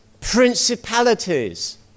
principalities